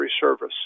service